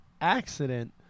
accident